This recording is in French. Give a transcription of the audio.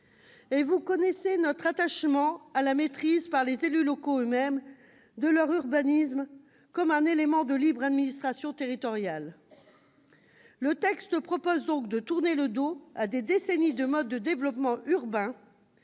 vous connaissez notre attachement à la maîtrise, par les élus locaux eux-mêmes, de leur urbanisme. C'est un élément de libre administration territoriale. Le texte vise donc à tourner le dos à des décennies de mode de développement urbain